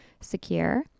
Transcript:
Secure